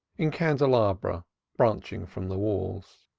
in candelabra branching from the walls.